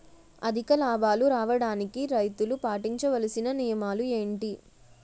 అధిక లాభాలు రావడానికి రైతులు పాటించవలిసిన నియమాలు ఏంటి